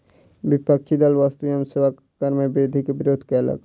विपक्षी दल वस्तु एवं सेवा कर मे वृद्धि के विरोध कयलक